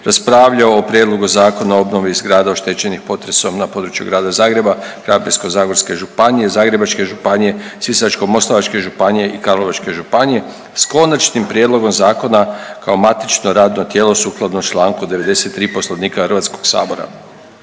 raspravljao o Prijedlogu Zakona o obnovi zgrada oštećenih potresom na području Grada Zagreba, Krapinsko-zagorske županije, Zagrebačke županije, Sisačko-moslavačke županije i Karlovačke županije s konačnim prijedlogom zakona kao matično radno tijelo sukladno čl. 93. Poslovnika HS.